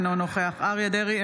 אינו נוכח אריה מכלוף דרעי,